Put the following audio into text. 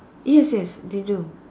yes yes they do